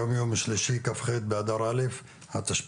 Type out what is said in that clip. היום יום שלישי כ"ח באדר א התשפ"ב,